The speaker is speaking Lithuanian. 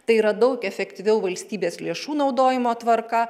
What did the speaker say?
tai yra daug efektyviau valstybės lėšų naudojimo tvarka